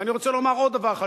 ואני רוצה לומר עוד דבר אחד,